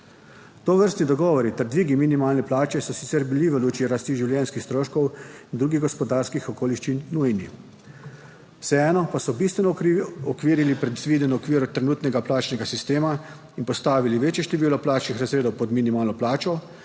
Tovrstni dogovori ter dvigi minimalne plače so sicer bili v luči rasti življenjskih stroškov in drugih gospodarskih okoliščin nujni, vseeno pa so bistveno okvirili predviden okvir trenutnega plačnega sistema in postavili večje število plačnih razredov pod minimalno plačo,